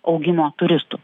augimo turistų